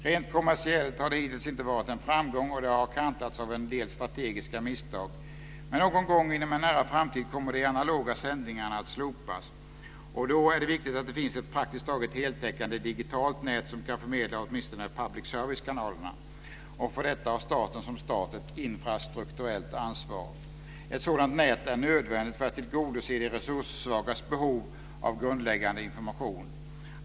Rent kommersiellt har det hittills inte varit en framgång, och det har kantats av en del strategiska misstag. Men någon gång inom en nära framtid kommer de analoga sändningarna att slopas. Då är det viktigt att det finns ett praktiskt taget heltäckande digitalt nät som kan förmedla åtminstone public service-kanalerna. För detta har staten som stat ett infrastrukturellt ansvar. Ett sådant nät är nödvändigt för att tillgodose de resurssvagas behov av grundläggande information.